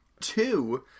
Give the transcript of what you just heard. two